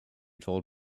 told